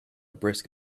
brisk